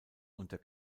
unter